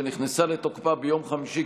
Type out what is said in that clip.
שנכנסה לתוקפה ביום חמישי,